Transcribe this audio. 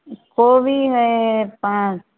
कोबी हइ पाँच